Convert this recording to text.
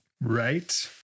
Right